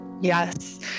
Yes